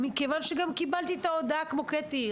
מכיוון שגם קיבלתי את ההודעה כמו קטי,